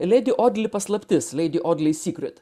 ledi odli paslaptis lady audleys secret